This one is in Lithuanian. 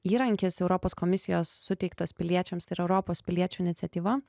įrankis europos komisijos suteiktas piliečiams tai yra europos piliečių iniciatyva